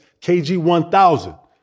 KG1000